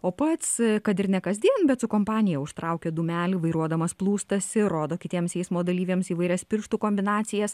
o pats kad ir ne kasdien bet su kompanija užtraukia dūmelį vairuodamas plūstasi rodo kitiems eismo dalyviams įvairias pirštų kombinacijas